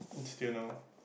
still no